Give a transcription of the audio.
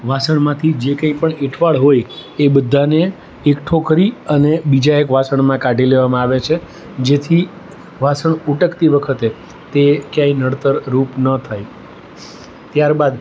વાસણમાંથી જે કંઈપણ એંઠવાડ હોય એ બધાને એકઠો કરી અને બીજા એક વાસણમાં કાઢી લેવામાં આવે છે જેથી વાસણ ઉટકતી વખતે તે ક્યાંય નડતરરૂપ ન થાય ત્યારબાદ